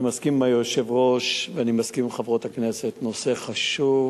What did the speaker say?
אני מסכים עם היושב-ראש ואני מסכים עם חברות הכנסת: נושא חשוב,